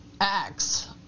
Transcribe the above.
acts